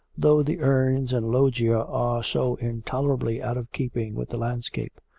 though the urns and loggia are so intolerably out of keeping with the landscape.